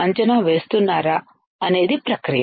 అంచనా వేస్తున్నారా అనేది ప్రక్రియ